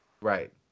right